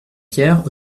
pierre